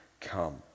come